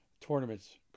tournaments